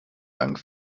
dank